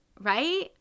Right